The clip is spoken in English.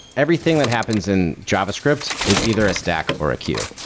everything that happens in javascript is either a stack or a queue.